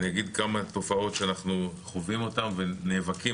אני אדבר על כמה תופעות שאנחנו חווים ונאבקים.